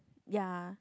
ya